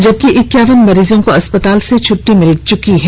जबकि एक्यावन मरीजों को अस्पताल से छुट्टी मिली है